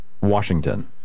Washington